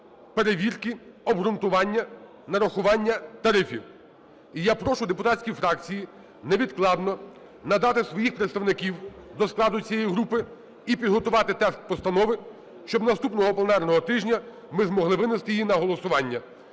перевірки обґрунтування нарахування тарифів. І я прошу депутатські фракції невідкладно надати своїх представників до складу цієї групи і підготувати текст постанови, щоб наступного пленарного тижня ми змогли винести її на голосування.